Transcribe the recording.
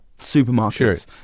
supermarkets